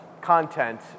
content